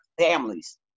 families